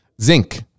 zinc